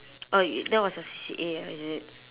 oh y~ that was your C_C_A ah is it